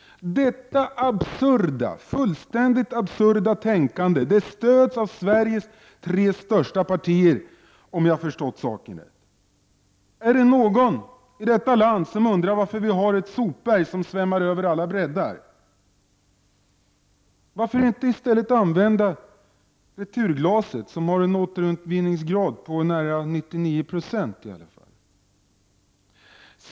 Detta fuliständigt absurda tänkande stöds av Sveriges tre största partier, om jag har förstått saken rätt. Är det någon i detta land som undrar varför vi har ett sopberg som svämmar över alla bräddar? Varför inte i stället använda returglaset, som har en återvinningsgrad på nära 99 90?